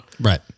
Right